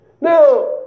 Now